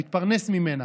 הוא מתפרנס ממנה,